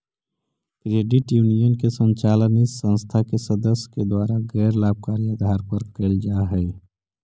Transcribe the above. credit union के संचालन इस संस्था के सदस्य के द्वारा गैर लाभकारी आधार पर कैल जा हइ